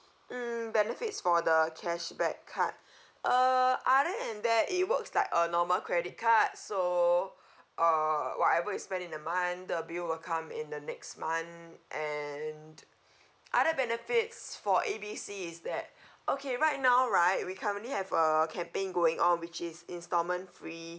um benefits for the cashback card uh other than that it works like a normal credit card so uh whatever you spend in a month the bill will come in the next month and other benefits for A B C is that okay right now right we currently have a campaign going on which is instalment free